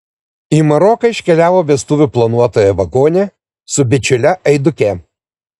į maroką iškeliavo vestuvių planuotoja vagonė su bičiule aiduke